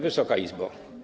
Wysoka Izbo!